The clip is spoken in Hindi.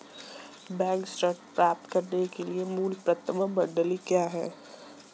बैंक ऋण प्राप्त करने के लिए मूल पात्रता मानदंड क्या हैं?